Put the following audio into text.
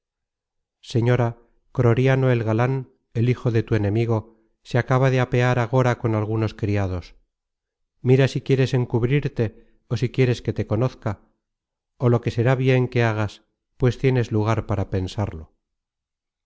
señora croriano el galan el hijo de tu enemigo se acaba de apear agora con algunos criados mira si quieres encubrirte ó si quieres que te conozca ó lo que será bien que hagas pues tienes lugar para pensarlo